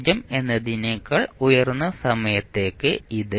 0 എന്നതിനേക്കാൾ ഉയർന്ന സമയത്തേക്ക് ഇത്